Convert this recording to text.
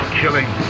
killing